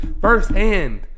firsthand